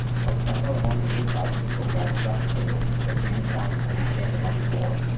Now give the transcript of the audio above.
from somewhere among the little crowd of people gathered round the table there came the sound of heavy stamping on the floor,